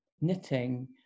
knitting